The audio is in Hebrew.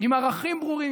עם ערכים ברורים,